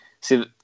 see